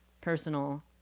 personal